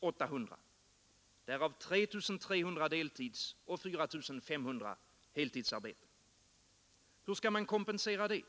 800, därav 3 300 deltidsoch 4 500 heltidsarbeten. Hur skall man kompensera det?